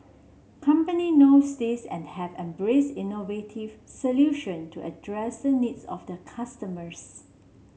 company knows this and have embraced innovative solution to address the needs of their customers